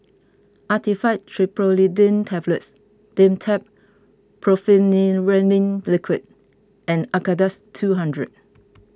Actifed Triprolidine Tablets Dimetapp Brompheniramine Liquid and Acardust two hundred